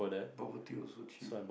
bubble tea also cheap